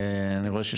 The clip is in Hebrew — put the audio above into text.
זה